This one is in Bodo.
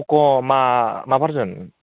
पक' मा मा भारजोन